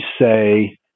say